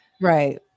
right